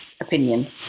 opinion